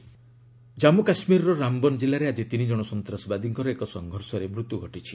JK encounter Jammu କାଶ୍କୀରର ରାମବନ୍ ଜିଲ୍ଲାରେ ଆଜି ତିନି ଜଣ ସନ୍ତାସବାଦୀଙ୍କର ଏକ ସଂଘର୍ଷରେ ମୃତ୍ୟୁ ଘଟିଛି